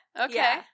okay